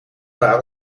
waren